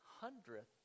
hundredth